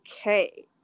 okay